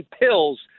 pills